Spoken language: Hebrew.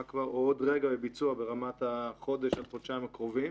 מה כבר עוד רגע לביצוע ברמת החודש-חודשיים הקרובים.